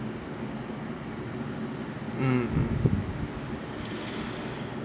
mm